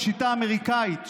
בשיטה האמריקאית,